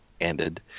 ended